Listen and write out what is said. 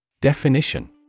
Definition